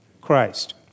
Christ